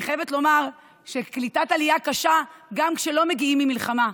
אני חייבת לומר שקליטת עלייה קשה גם כשלא מגיעים ממלחמה,